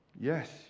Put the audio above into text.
Yes